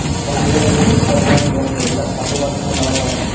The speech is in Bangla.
কনভেয়র বেল্ট হচ্ছে এক ধরনের যন্ত্র যেটা খাদ্য কারখানায় ব্যবহার করা হয়